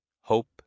Hope